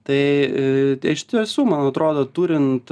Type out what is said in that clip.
tai iš tiesų man atrodo turint